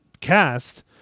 cast